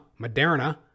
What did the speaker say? Moderna